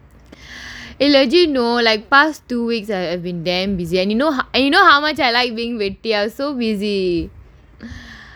eh legit you know like past two weeks I I have been damn busy and you know and you know how much I like being with so busy